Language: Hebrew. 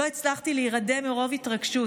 לא הצלחתי להירדם בו מרוב התרגשות.